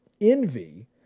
Envy